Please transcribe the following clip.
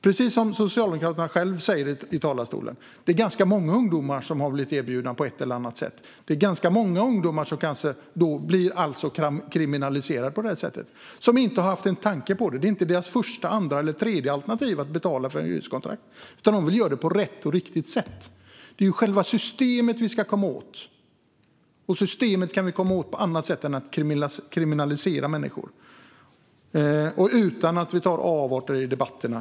Precis som Socialdemokraterna sa i talarstolen är det ganska många ungdomar som erbjuds detta och i så fall skulle bli kriminaliserade. De har inte haft en tanke på det. Det är inte deras första, andra eller tredje alternativ att betala för ett hyreskontrakt, utan de vill göra rätt. Det är själva systemet vi vill komma åt, och det kan vi komma åt på annat sätt än att kriminalisera människor. Låt oss undvika avarter i debatten.